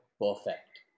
perfect